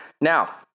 Now